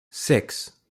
six